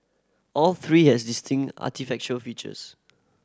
all three have distinct architectural features